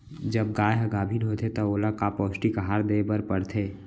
जब गाय ह गाभिन होथे त ओला का पौष्टिक आहार दे बर पढ़थे?